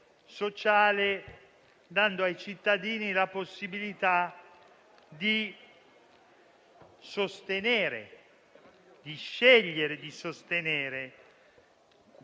sociale, dando ai cittadini la possibilità di scegliere di sostenere,